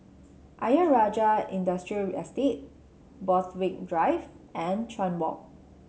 Ayer Rajah Industrial Estate Borthwick Drive and Chuan Walk